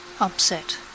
Upset